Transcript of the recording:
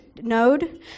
node